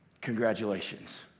congratulations